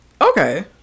Okay